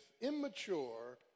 immature